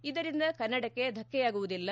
ಇದರಿಂದ ಕನ್ನಡಕ್ಕೆ ಧಕ್ಷೆಯಾಗುವುದಿಲ್ಲ